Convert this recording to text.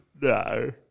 No